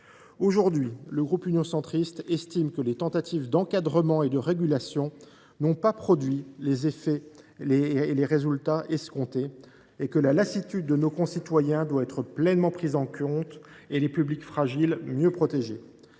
Aujourd’hui, le groupe Union Centriste estime que les tentatives d’encadrement et de régulation n’ont pas produit les résultats escomptés et que la lassitude de nos concitoyens doit être pleinement prise en compte. Nous devons notamment mieux protéger